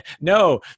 No